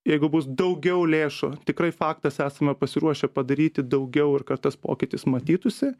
jeigu bus daugiau lėšų tikrai faktas esame pasiruošę padaryti daugiau ir kad tas pokytis matytųsi